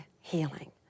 healing